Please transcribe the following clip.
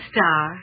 Star